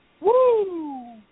Woo